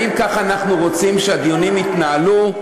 האם כך אנחנו רוצים שהדיונים יתנהלו?